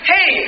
Hey